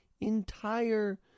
entire